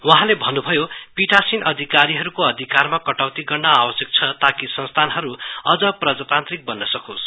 वहाँले भन्नभयो पीठासीन अधिकारीहरुको अधिकारमा कटौती गर्न आवश्यक छ ताकि संस्थानहरु अझ प्रजातान्त्रिक बन्न सकोस्